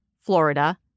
Florida